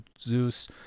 Zeus